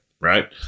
right